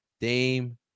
Dame